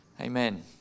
amen